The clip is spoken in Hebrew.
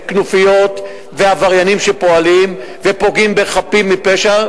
כנופיות ועבריינים שפועלים ופוגעים בחפים מפשע,